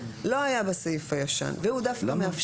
לא היה בסעיף הישן והוא דווקא מאפשר